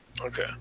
Okay